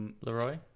Leroy